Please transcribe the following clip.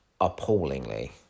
appallingly